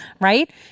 right